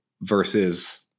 versus